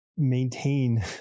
maintain